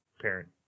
parent